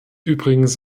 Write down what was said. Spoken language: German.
übrigens